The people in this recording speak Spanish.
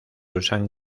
usan